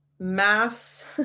Mass